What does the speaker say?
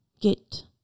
get